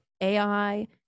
ai